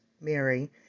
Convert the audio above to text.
Mary